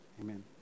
amen